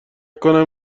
کنم